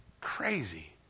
Crazy